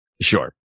Sure